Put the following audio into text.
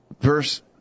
verse